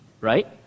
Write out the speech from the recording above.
right